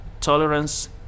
tolerance